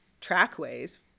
trackways